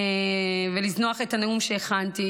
ולזנוח את הנאום שהכנתי,